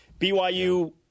BYU